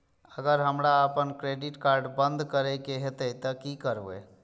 अगर हमरा आपन क्रेडिट कार्ड बंद करै के हेतै त की करबै?